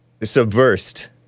subversed